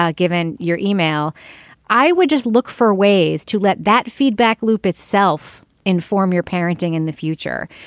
ah given your email i would just look for ways to let that feedback loop itself inform your parenting in the future.